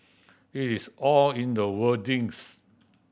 it is all in the wording